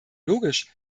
logisch